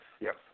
yes